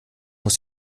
muss